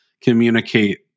communicate